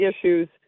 issues